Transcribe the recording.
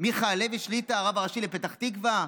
מיכה הלוי שליט"א, הרב הראשי לפתח תקווה,